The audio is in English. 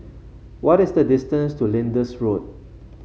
what is the distance to Lyndhurst Road